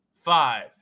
Five